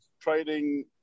trading